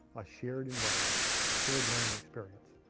a shared environment, a shared learning experience,